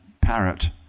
parrot